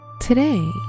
Today